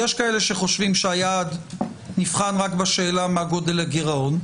יש כאלה שחושבים שהיעד נבחן רק בשאלה מה גודל הגירעון,